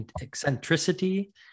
eccentricity